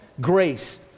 grace